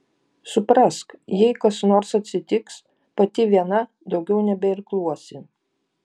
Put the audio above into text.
suprask jei kas nors atsitiks pati viena daugiau nebeirkluosi